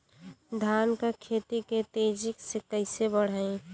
धान क खेती के तेजी से कइसे बढ़ाई?